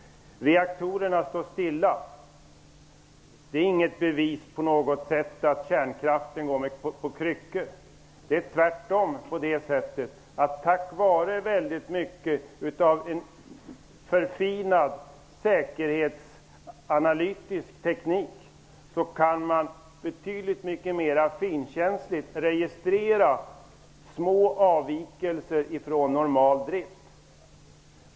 Reaktorerna står stilla, säger Lennart Daléus. Det är inte på något sätt bevis på att kärnkraften går på kryckor. Det är tvärtom så att man tack vare en förfinad säkerhetsanalytisk teknik betydligt mycket mer finkänsligt kan registrera små avvikelser från normal drift.